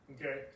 Okay